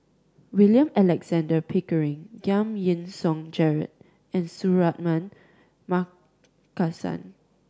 William Alexander Pickering Giam Yean Song Gerald and Suratman Markasan